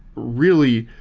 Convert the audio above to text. really,